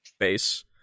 Base